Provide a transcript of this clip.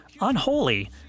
unholy